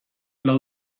lau